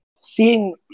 seeing